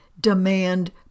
demand